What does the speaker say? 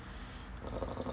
uh